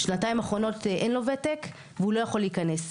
שנתיים האחרונות אין לו ותק והוא לא יכול להיכנס.